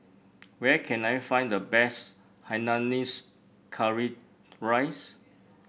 where can I find the best Hainanese Curry Rice